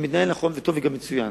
שמתנהל נכון וטוב, וגם מצוין.